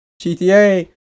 GTA